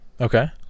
Okay